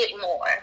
more